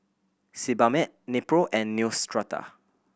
Sebamed Nepro and Neostrata